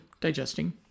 digesting